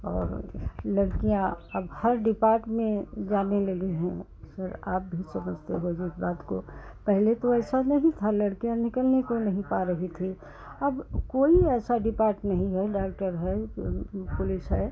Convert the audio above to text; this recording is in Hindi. और लड़कियाँ अब हर डिपार्ट में जाने लगी हैं सर आप भी समझते हो जिस बात को पहले तो ऐसा नहीं था लड़कियाँ निकलने को नहीं पा रही थी अब कोई ऐसा डिपार्ट नहीं है डॉक्टर है पुलिस है